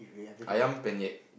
Ayam Penyet